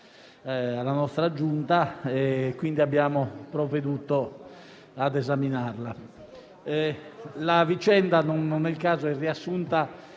alla Giunta, quindi abbiamo provveduto ad esaminarla.